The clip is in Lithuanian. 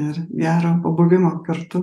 ir gero pabuvimo kartu